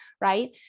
Right